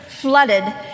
flooded